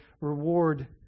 reward